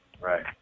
Right